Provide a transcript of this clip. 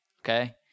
okay